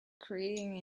creating